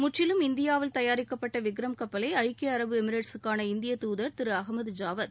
முற்றிலும் இந்தியாவில் தயாரிக்கப்பட்ட விக்ரம் கப்பலை ஐக்கிய அரபு எமிரேட்ஸ் க்கான இந்திய தூதர் திரு அகமது ஜாவத்